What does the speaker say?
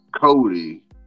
Cody